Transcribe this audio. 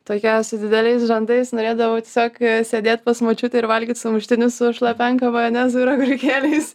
tokia su dideliais žandais norėdavau tiesiog sėdėt pas močiutę ir valgyt sumuštinius su šlapenka majonezu ir agurkėliais